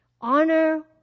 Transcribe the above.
Honor